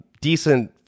decent